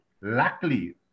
Luckily